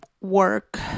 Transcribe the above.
work